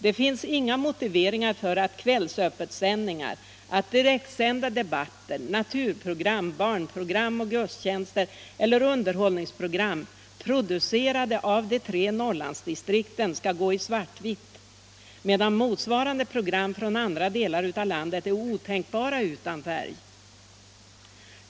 Det finns inga motiveringar för att Kvällsöppet-sändningar, direktsända debatter, naturprogram, barnprogram, gudstjänster eller underhållningsprogram producerade av de tre Norrlandsdistrikten skall gå i svart-vitt, medan motsvarande program från andra delar av landet är otänkbara utan färg.